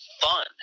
fun